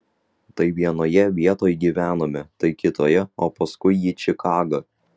tai vienoje vietoj gyvenome tai kitoje o paskui į čikagą